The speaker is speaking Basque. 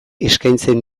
eskaintzen